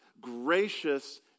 gracious